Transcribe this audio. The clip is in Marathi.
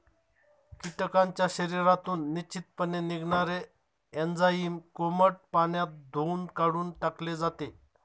कीटकांच्या शरीरातून निश्चितपणे निघणारे एन्झाईम कोमट पाण्यात धुऊन काढून टाकले जाते